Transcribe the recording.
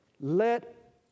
Let